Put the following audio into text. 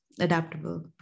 Adaptable